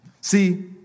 See